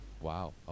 Wow